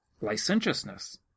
licentiousness